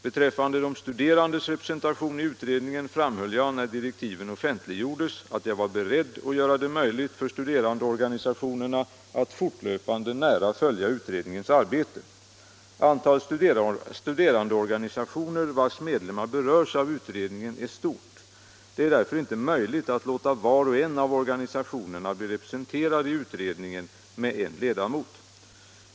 Beträffande de studerandes representation i utredningen framhöll jag när direktiven offentliggjordes att jag var beredd att göra det möjligt för studerandeorganisationerna att fortlöpande nära följa utredningens arbete. Antalet studerandeorganisationer vars medlemmar berörs av utredningen är stort. Det är därför inte möjligt att låta var och en av organisationerna bli representerad i utredningen med en ledamot.